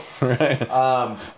right